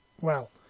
Well